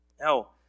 Now